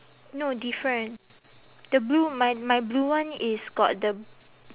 no different the blue my my blue one is got the